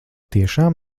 tiešām